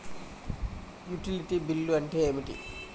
Utility bill అంటే ఏమిటి?